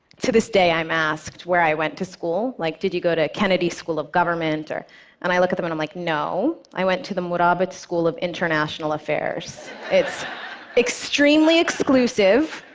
to this day, i am asked where i went to school, like, did you go to kennedy school of government? and i look at them and i'm like, no, i went to the murabit school of international affairs. it's extremely exclusive.